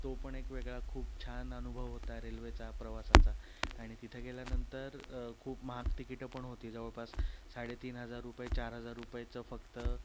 तो पण एक वेगळा खूप छान अनुभव होता रेल्वेचा प्रवासाचा आणि तिथे गेल्यानंतर खूप महाग तिकिटं पण होती जवळपास साडेतीन हजार रुपये चार हजार रुपयेचं फक्त